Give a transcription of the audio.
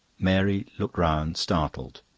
mary looked round, startled.